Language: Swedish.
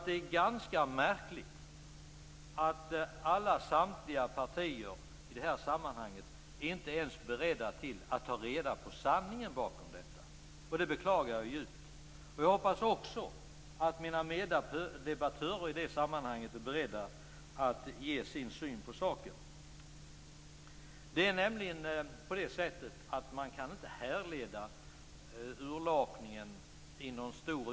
Det är ganska märkligt att samtliga partier inte ens är beredda att ta reda på sanningen bakom detta, och det beklagar jag djupt. Jag hoppas också att mina meddebattörer är beredda att ge sin syn på saken. Man kan inte i någon stor utsträckning härleda urlakningen till handelsgödsel.